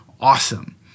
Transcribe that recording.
awesome